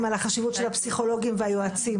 על החשיבות של הפסיכולוגים והיועצים,